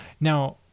now